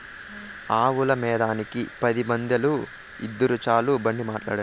ఆవులమ్మేదానికి పది మందేల, ఇద్దురు చాలు బండి మాట్లాడండి